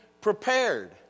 prepared